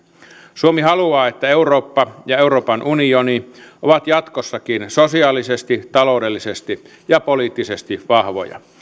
suomi haluaa että eurooppa ja euroopan unioni ovat jatkossakin sosiaalisesti taloudellisesti ja poliittisesti vahvoja